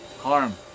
harm